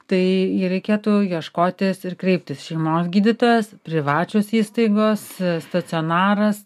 tai reikėtų ieškotis ir kreiptis šeimos gydytojas privačios įstaigos stacionaras